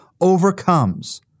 overcomes